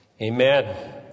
Amen